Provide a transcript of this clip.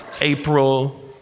April